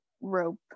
rope